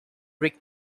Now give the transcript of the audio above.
rick